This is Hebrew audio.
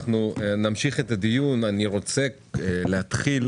רוצה להתחיל